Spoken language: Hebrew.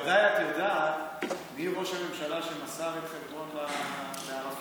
בוודאי את יודעת מי ראש הממשלה שמסר את חברון לערפאת.